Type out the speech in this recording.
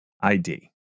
ID